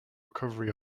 recovery